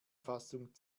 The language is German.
fassung